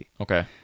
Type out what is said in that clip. Okay